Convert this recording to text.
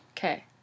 Okay